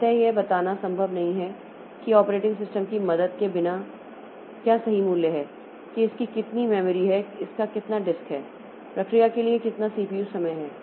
अतः यह बताना संभव नहीं है कि ऑपरेटिंग सिस्टम की मदद के बिना क्या सही मूल्य हैं कि इसकी कितनी मेमोरी है इसका कितना डिस्क है प्रक्रिया के लिए कितना CPU समय है